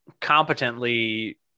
competently